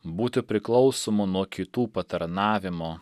būti priklausomu nuo kitų patarnavimo